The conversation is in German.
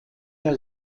der